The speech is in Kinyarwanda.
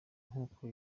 nk’uko